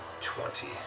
Twenty